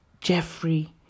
Jeffrey